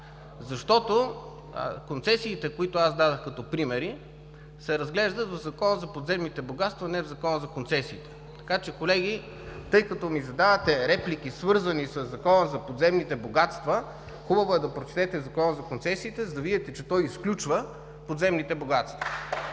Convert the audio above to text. същество. Концесиите, които аз дадох като примери, се разглеждат в Закона за подземните богатства, а не в Закона за концесиите. Така че, колеги, тъй като ми задавате реплики, свързани със Закона за подземните богатства, хубаво е да прочетете Закона за концесиите, за да видите, че той изключва подземните богатства.